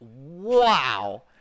Wow